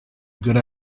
good